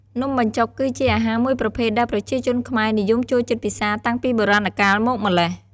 នំបញ្ចុកគឺជាអាហារមួយប្រភេទដែលប្រជាជនខ្មែរនិយមចូលចិត្តពិសាតាំងពីបុរាណកាលមកម្ល៉េះ។